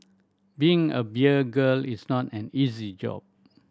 being a beer girl is not an easy job